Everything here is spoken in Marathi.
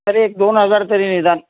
तरी एक दोन हजार तरी निदान